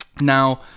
Now